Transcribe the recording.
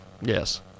Yes